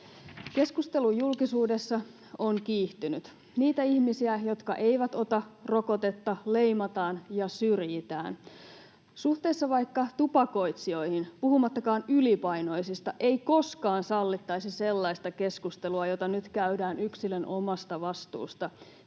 Keskustelu julkisuudessa on kiihtynyt. Niitä ihmisiä, jotka eivät ota rokotetta, leimataan ja syrjitään. Suhteessa vaikka tupakoitsijoihin puhumattakaan ylipainoisista ei koskaan sallittaisi sellaista keskustelua, jota nyt käydään yksilön omasta vastuusta